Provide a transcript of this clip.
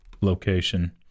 location